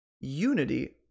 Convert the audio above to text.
unity